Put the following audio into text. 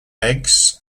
eggs